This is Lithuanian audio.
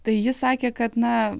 tai jis sakė kad na